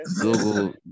Google